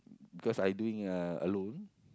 because I doing uh alone